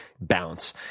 bounce